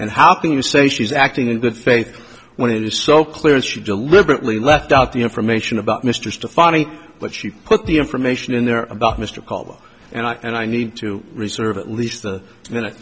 and how can you say she's acting in good faith when it is so clear is she deliberately left out the information about mr funny but she put the information in there about mr cuomo and i and i need to reserve at least a